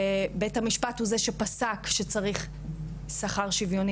ובית המשפט הוא זה שפסק שצריך שכר שוויוני